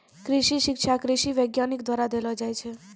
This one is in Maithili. कृषि शिक्षा कृषि वैज्ञानिक द्वारा देलो जाय छै